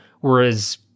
Whereas